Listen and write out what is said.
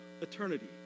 eternity